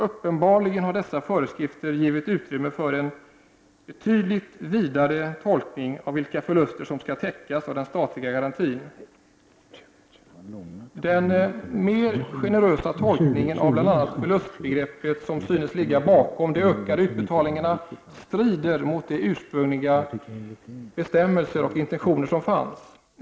Uppenbarligen har dessa föreskrifter givit utrymme för en betydligt vidare tolkning av vilka förluster som skall täckas av den statliga garantin. Den mer generösa tolkning av bl.a. förlustbegreppet som synes ligga bakom de ökade utbetalningarna strider mot de ursprungliga bestämmelserna och intentionerna.